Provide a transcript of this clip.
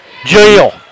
Jail